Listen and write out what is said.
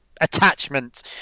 attachment